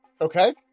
Okay